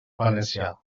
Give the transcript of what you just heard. valencià